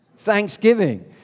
Thanksgiving